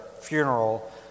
funeral